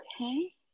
Okay